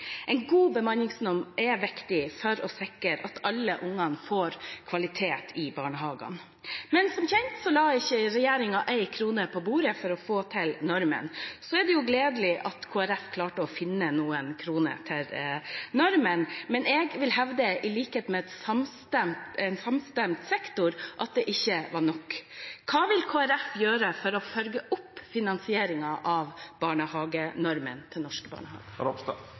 En god bemanningsnorm er viktig for å sikre at alle barna får kvalitet i barnehagene, men som kjent la ikke regjeringen én krone på bordet for å få til normen. Så er det jo gledelig at Kristelig Folkeparti klarte å finne noen kroner til normen, men jeg vil hevde – i likhet med en samstemt sektor – at det ikke var nok. Hva vil Kristelig Folkeparti gjøre for å følge opp finansieringen av barnehagenormen til norske barnehager?